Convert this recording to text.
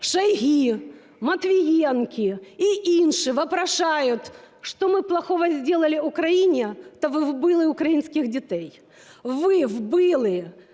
Шайги, Матвієнки і інші вопрошают, что мы плохого сделали Украине, – та ви вбили українських дітей,